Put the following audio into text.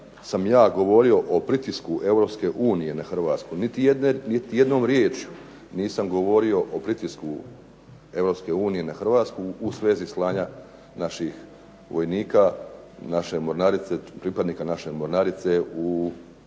sam ja govorio o pritisku EU na Hrvatsku. Niti jednom riječju nisam govorio o pritisku EU na Hrvatsku u svezi slanja naših vojnika, naše mornarice, pripadnika naše mornarice u Somaliju.